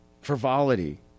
frivolity